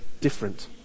different